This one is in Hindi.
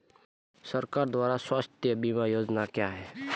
सरकार द्वारा स्वास्थ्य बीमा योजनाएं क्या हैं?